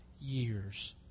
years